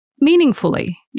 meaningfully